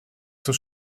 zur